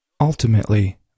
Ultimately